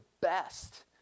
best